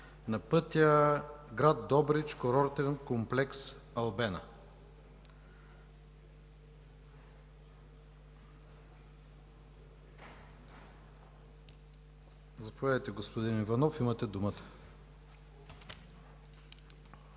на пътя гр. Добрич – курортен комплекс „Албена”. Заповядайте, господин Иванов, имате думата.